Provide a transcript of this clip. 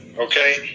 Okay